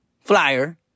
flyer